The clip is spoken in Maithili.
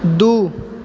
दू